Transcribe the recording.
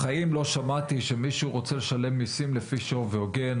בחיים לא שמעתי שמישהו רוצה לשלם מיסים לפי שווי הוגן,